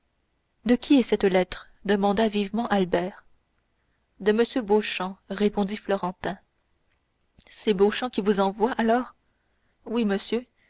de qui cette lettre demanda vivement albert de m beauchamp répondit florentin c'est beauchamp qui vous envoie alors oui monsieur